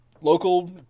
local